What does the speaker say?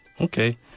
Okay